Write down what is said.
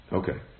okay